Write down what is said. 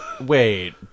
Wait